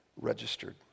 registered